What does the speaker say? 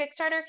Kickstarter